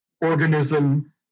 organism